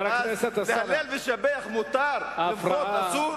להלל ולשבח מותר ולמחות אסור?